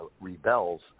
rebels